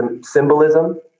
symbolism